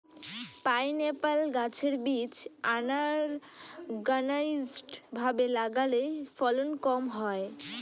pineapple গাছের বীজ unorganised ভাবে লাগালে ফলন কম হয়